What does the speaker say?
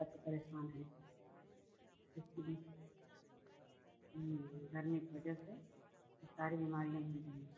तरह से परेशान हैं इसके बीच डरने की वजह से ये सारे बीमारियाँ मिलती हैं